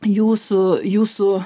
jūsų jūsų